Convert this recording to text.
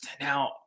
Now